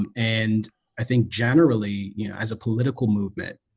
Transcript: um and i think generally, you know as a political movement,